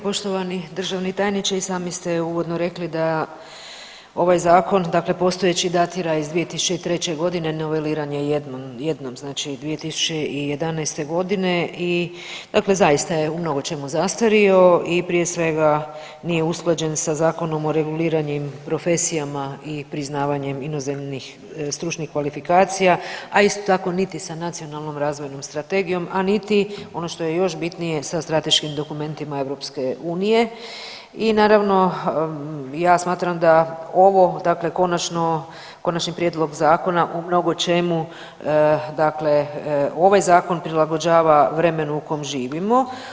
Poštovani državni tajniče, i sami ste uvodno rekli da ovaj zakon dakle postojeći datira iz 2003.g., noveliran je jednom, jednom, znači 2011.g. i, dakle zaista je u mnogo čemu zastario i prije svega nije usklađen sa Zakonom o reguliranim profesijama i priznavanjem inozemnih stručnih kvalifikacija, a isto tako niti sa Nacionalnom razvojnom strategijom, a niti ono što je bitnije sa strateškim dokumentima EU i naravno ja smatram da ovo dakle konačno, konačni prijedlog zakona u mnogo čemu, dakle ovaj zakon prilagođava vremenu u kom živimo.